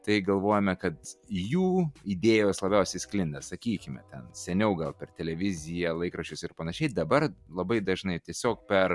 tai galvojame kad jų idėjos labiausiai sklinda sakykime ten seniau gal per televiziją laikraščius ir panašiai dabar labai dažnai tiesiog per